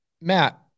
Matt